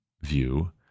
view